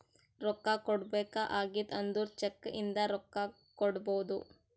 ರೊಕ್ಕಾ ಕೊಡ್ಬೇಕ ಆಗಿತ್ತು ಅಂದುರ್ ಚೆಕ್ ಇಂದ ರೊಕ್ಕಾ ಕೊಡ್ಬೋದು